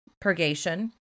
purgation